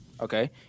Okay